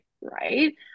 right